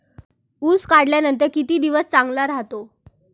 ऊस काढल्यानंतर किती दिवस चांगला राहतो?